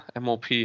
MOP